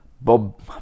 Bob